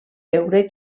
veure